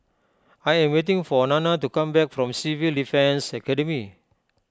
I am waiting for Nanna to come back from Civil Defence Academy